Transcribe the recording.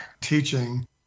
teaching